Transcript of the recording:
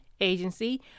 Agency